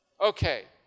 Okay